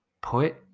put